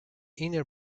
inner